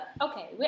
okay